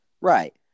Right